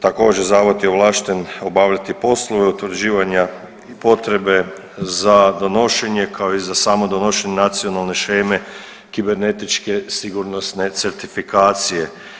Također zavod je ovlašten obavljati poslove utvrđivanja i potrebe za donošenje kao i za samo donošenje nacionalne sheme kibernetičke sigurnosne certifikacije.